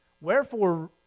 wherefore